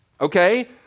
okay